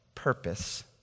purpose